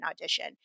audition